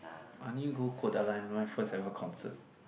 I only go Kodaline my first ever concert